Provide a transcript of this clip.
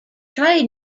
trade